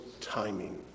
timing